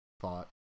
thought